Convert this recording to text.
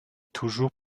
toujours